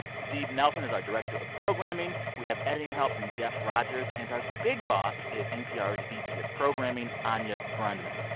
steve nelson is our director of programming. we have editing help from jeff rogers. and our big boss is npr's vp of programming, anya grundmann.